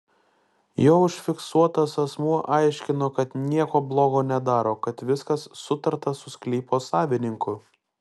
jo užfiksuotas asmuo aiškino kad nieko blogo nedaro kad viskas sutarta su sklypo savininku